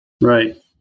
Right